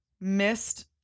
missed